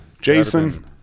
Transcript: Jason